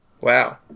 Wow